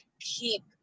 keep